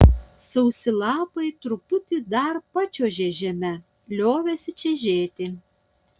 sausi lapai truputį dar pačiuožę žeme liovėsi čežėti